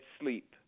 sleep